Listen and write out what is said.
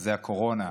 וזה הקורונה.